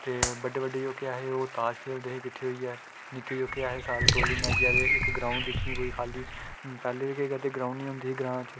ते बड्डे बड्डे जेह्के ऐ हे ओह् ताश खेढदे हे किट्ठे होइयै निक्के सारे जेह्ड़े ऐ हे ओह् टोली बनाइयै ते इक्क ग्राऊंड दिक्खनी कोई खाल्ली पैह्लें केह् करदे ग्राऊंड निं होंदी ही ग्रांऽ च